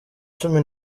cumi